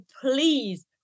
please